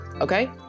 okay